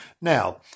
Now